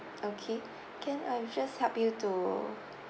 okay can I'll just help you to